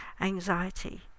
anxiety